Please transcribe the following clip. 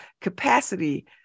capacity